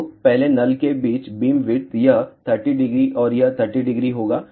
तो पहले नल के बीच बीमविड्थ यह 300 और यह 300 होगा